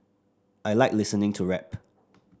I like listening to rap